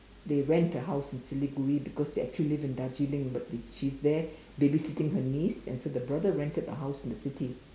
they rent a house in Siliguri because they actually live in Darjeeling but they she's there babysitting her niece and so her brother rented a house in the city